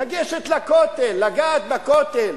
לגשת לכותל, לגעת בכותל,